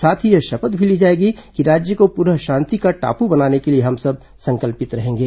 साथ ही यह शपथ भी ली जाएगी कि राज्य को पुनः शांति का टापू बनाने के लिए हम सब संकल्पित रहेंगे